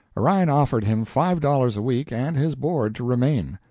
orion offered him five dollars a week and his board to remain.